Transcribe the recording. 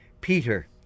Peter